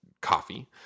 coffee